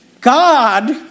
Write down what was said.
God